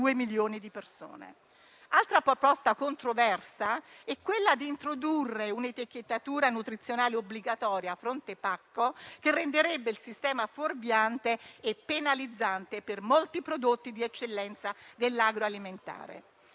Un'altra proposta controversa è quella di introdurre un'etichettatura nutrizionale obbligatoria fronte-pacco che renderebbe il sistema fuorviante e penalizzante per molti prodotti di eccellenza dell'agroalimentare.